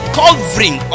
covering